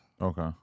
Okay